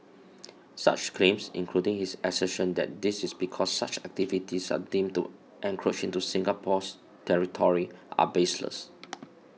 such claims including his assertion that this is because such activities are deemed to encroach into Singapore's territory are baseless